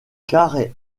quarts